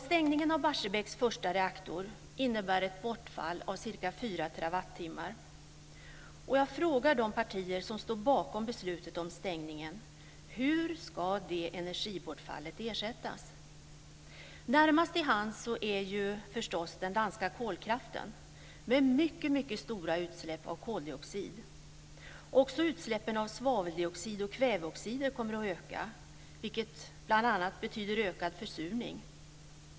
Stängningen av Barsebäcks första reaktor innebär ett bortfall av ca 4 terawattimmar. Jag frågar de partier som står bakom beslutet om stängningen: Hur ska det energibortfallet ersättas? Närmast till hands är förstås den danska kolkraften, med mycket stora utsläpp av koldioxid. Också utsläppen av svaveldioxid och kväveoxider kommer att öka, vilket bl.a. betyder ökad försurning.